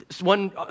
One